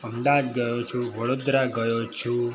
અમદાવાદ ગયો છું વડોદરા ગયો છું